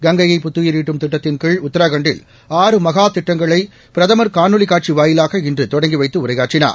கங்கையை புத்துயிரூட்டும் திட்டத்தின் கீழ் உத்ரகாண்டில் ஆறு மகா திட்டங்களை பிரதம் காணொலி காட்சி வாயிலாக இன்று தொடங்கி வைத்து உரையாற்றினார்